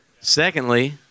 Secondly